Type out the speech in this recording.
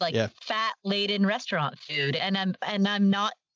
like yeah fat late in restaurant food and, um, and i'm not,